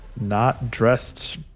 not-dressed